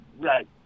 Right